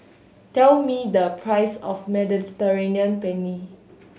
tell me the price of Mediterranean Penne